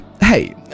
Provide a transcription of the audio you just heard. hey